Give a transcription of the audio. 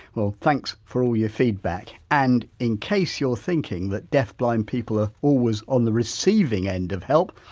well thanks for all your feedback. and in case you're thinking that deafblind people are always on the receiving end of help,